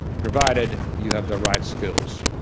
provided you have the right skills.